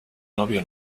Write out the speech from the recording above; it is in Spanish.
novio